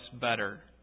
better